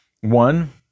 One